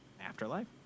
afterlife